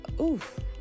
oof